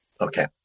okay